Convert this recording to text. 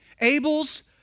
Abel's